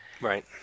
Right